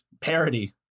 parody